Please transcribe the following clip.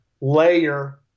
layer